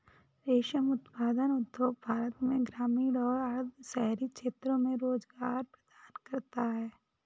रेशम उत्पादन उद्योग भारत में ग्रामीण और अर्ध शहरी क्षेत्रों में रोजगार प्रदान करता है